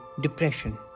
depression